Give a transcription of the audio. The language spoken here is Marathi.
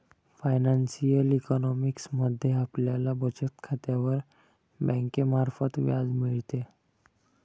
फायनान्शिअल इकॉनॉमिक्स मध्ये आपल्याला बचत खात्यावर बँकेमार्फत व्याज मिळते